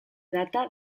data